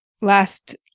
last